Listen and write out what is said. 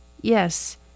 Yes